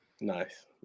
Nice